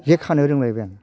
जे खानो रोंलायबाय आं